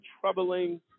troubling